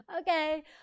okay